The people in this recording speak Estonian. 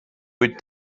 kuid